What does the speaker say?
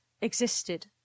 existed